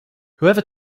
whoever